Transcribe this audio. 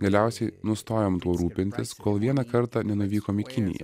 galiausiai nustojom tuo rūpintis kol vieną kartą nenuvykom į kiniją